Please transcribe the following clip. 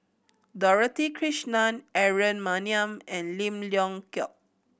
Dorothy Krishnan Aaron Maniam and Lim Leong Geok